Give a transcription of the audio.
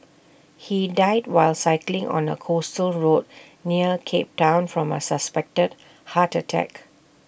he died while cycling on A coastal road near cape Town from A suspected heart attack